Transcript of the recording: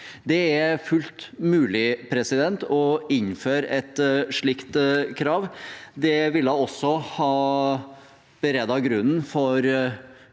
Det er fullt mulig å innføre et slikt krav. Det ville også ha beredt grunnen for